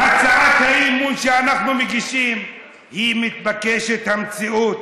הצעת האי-אמון שאנחנו מגישים היא מתבקשת המציאות.